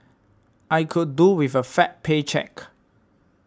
I could do with a fat paycheck